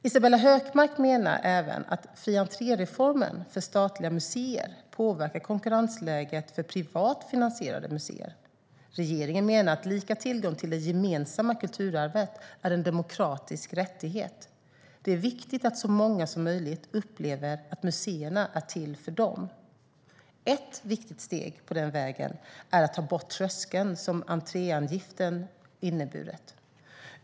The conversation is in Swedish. Isabella Hökmark menar även att reformen med fri entré på statliga museer påverkar konkurrensläget för privat finansierade museer. Regeringen menar att lika tillgång till det gemensamma kulturarvet är en demokratisk rättighet. Det är viktigt att så många som möjligt upplever att museerna är till för dem. Ett viktigt steg på den vägen är att ta bort den tröskel som entréavgiften inneburit.